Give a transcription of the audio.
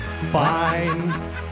fine